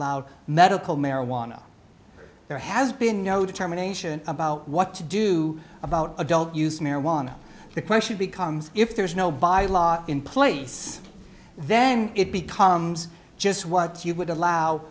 w medical marijuana there has been no determination about what to do about adult use marijuana the question becomes if there's no by laws in place then it becomes just what you would allow